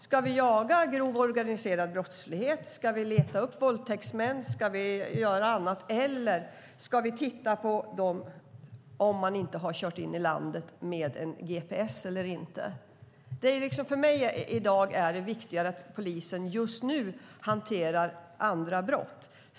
Ska de jaga grov organiserad brottslighet? Ska de leta upp våldtäktsmän? Eller ska de kontrollera att man inte har kört in i landet utan gps? För mig är det viktigare att polisen just nu hanterar andra brott.